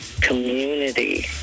community